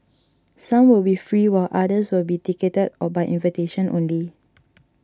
some will be free while others will be ticketed or by invitation only